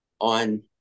on